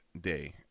day